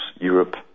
Europe